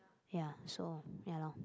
ya so ya lor